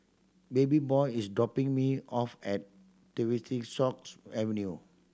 Babyboy is dropping me off at stock's Avenue